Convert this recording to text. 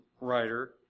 writer